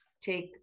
Take